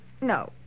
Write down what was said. No